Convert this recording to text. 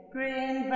Green